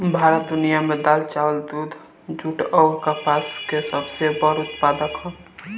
भारत दुनिया में दाल चावल दूध जूट आउर कपास के सबसे बड़ उत्पादक ह